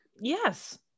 Yes